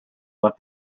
left